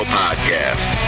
podcast